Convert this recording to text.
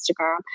Instagram